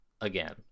again